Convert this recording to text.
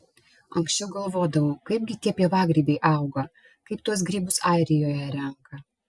anksčiau galvodavau kaipgi tie pievagrybiai auga kaip tuos grybus airijoje renka